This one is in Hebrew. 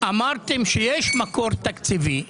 אמרתם שיש מקור תקציבי.